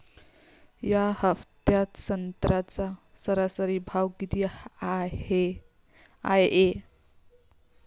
या हफ्त्यात संत्र्याचा सरासरी भाव किती हाये?